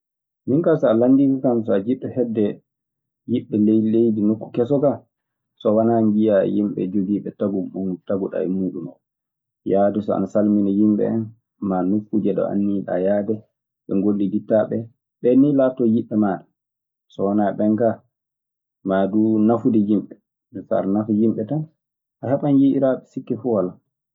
Minkaa so a lanndiikekam, a jiɗɗo hedde yiɓɓe ley leydi nokku keso kaa. So wanaa njiyaa yimɓe jogiiɓe tagu hono mo tagiɗaa e muuɗum oo. Yaade so ana samina yimɓe en naa nokkuuje ɗe anniyiɗaa yaade, ɓe ngolliditaaɓee, ɓe nii laatoo yiɓɓe maaɗa. So wanaa ɗum kaa -ma duu nafude yimɓe tam a heɓam giƴiraaɓe sikke fuu laa.a-